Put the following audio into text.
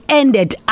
ended